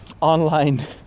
online